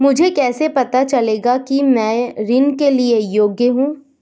मुझे कैसे पता चलेगा कि मैं ऋण के लिए योग्य हूँ?